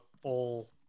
full –